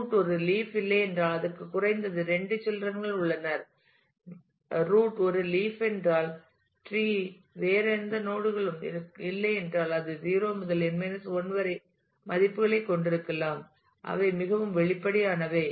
root ஒரு leaf இல்லையென்றால் அதற்கு குறைந்தது 2 சில்ரன் கள் உள்ளனர் வேர் ஒரு லீப் என்றால் டிரீ த்தில் வேறு எந்த நோட் களும் இல்லை என்றால் அது 0 முதல் n 1 வரை மதிப்புகளைக் கொண்டிருக்கலாம் அவை மிகவும் வெளிப்படையானவை